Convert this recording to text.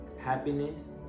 Happiness